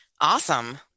Awesome